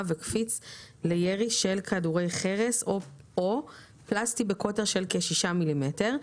וקפיץ לירי של כדורי חרס או פלסטי בקוטר של כ-6 מ''מ,